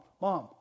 Mom